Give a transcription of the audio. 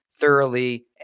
thoroughly